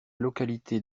localité